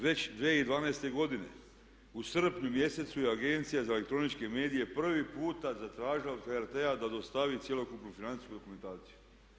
Već 2012. godine u srpnju mjesecu je Agencija za elektroničke medije prvi puta zatražila od HRT-a da dostavi cjelokupnu financijsku dokumentaciju.